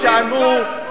וכמו שאמרו,